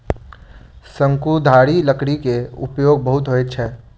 शंकुधारी लकड़ी के उपयोग बहुत होइत अछि